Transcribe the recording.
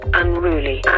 unruly